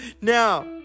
Now